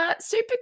Super